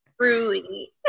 Truly